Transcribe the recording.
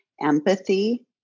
empathy